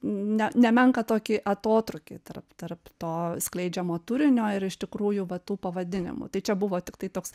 ne nemenką tokį atotrūkį tarp tarp to skleidžiamo turinio ir iš tikrųjų va tų pavadinimų tai čia buvo tiktai toks